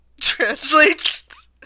translates